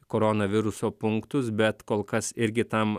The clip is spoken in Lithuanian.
koronaviruso punktus bet kol kas irgi tam